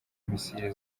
missile